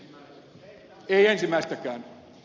ei ensimmäistäkään